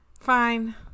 Fine